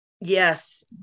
yes